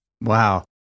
Wow